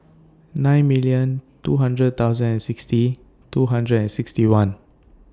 nine million two hundred thousand and sixty two hundred and sixty one